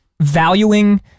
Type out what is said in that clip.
valuing